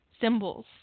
symbols